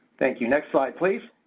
thank you. next slide please.